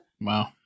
Wow